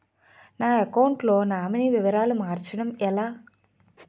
నా అకౌంట్ లో నామినీ వివరాలు మార్చటం ఎలా?